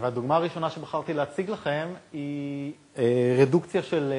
והדוגמה הראשונה שבחרתי להציג לכם היא רדוקציה של